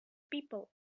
people